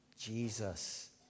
Jesus